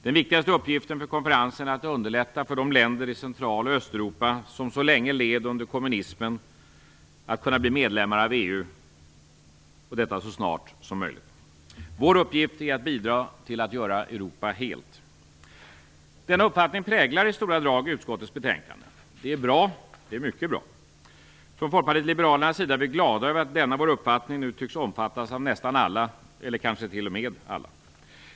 Den viktigaste uppgiften för konferensen är att underlätta för de länder i Central och Östeuropa som så länge led under kommunismen att kunna bli medlemmar av EU, och detta så snart som möjligt. Vår uppgift är att bidra till att göra Europa helt. Denna uppfattning präglar i stora drag utskottets betänkande. Det är mycket bra. Från Folkpartiet liberalernas sida är vi glada över att denna vår uppfattning tycks omfattas av nästan alla, eller kanske t.o.m.